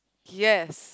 yes